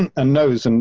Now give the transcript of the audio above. and ah knows, and